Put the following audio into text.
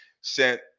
sent